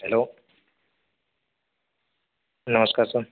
hello नमस्कार sir